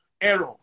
error